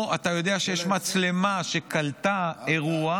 או כשאתה יודע שיש מצלמה שקלטה אירוע,